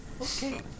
Okay